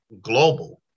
global